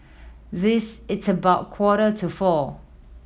this its about quarter to four